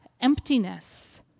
emptiness